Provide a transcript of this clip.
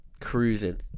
cruising